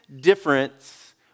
difference